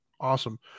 Awesome